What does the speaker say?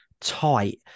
tight